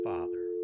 Father